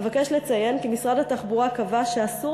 אבקש לציין כי משרד התחבורה קבע שאסור